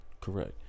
Correct